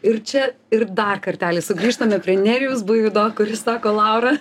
ir čia ir dar kartelį sugrįžtame prie nerijaus buivydo kuris sako laura